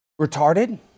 Retarded